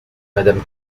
madame